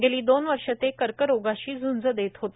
गेली दोन वर्ष ते कर्करोगाशी झूंज देत होते